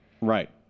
Right